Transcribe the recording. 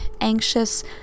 Anxious